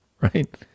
right